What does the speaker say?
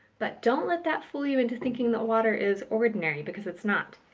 but don't let that fool you into thinking that water is ordinary because it's not.